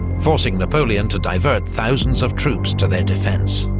forcing napoleon to divert thousands of troops to their defence.